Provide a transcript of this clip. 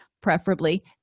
preferably